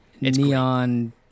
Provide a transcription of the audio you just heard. neon